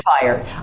fired